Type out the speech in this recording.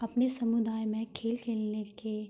अपने समुदाय में खेल खेलने के